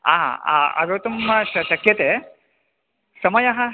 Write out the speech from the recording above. आ आ आगतुं श शक्यते समयः